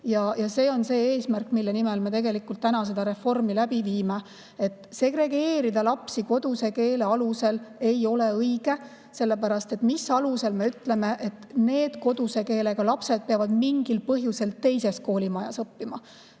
Ja see on see eesmärk, mille nimel me tegelikult täna seda reformi läbi viime. Segregeerida lapsi koduse keele alusel ei ole õige, sellepärast, et mis alusel me ütleme, et selle koduse keelega lapsed peavad mingil põhjusel teises koolimajas õppima?